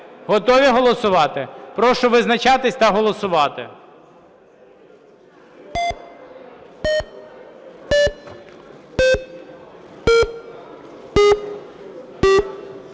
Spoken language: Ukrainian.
Готові голосувати? Прошу визначатись та голосувати.